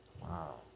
Wow